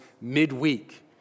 midweek